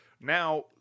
Now